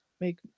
make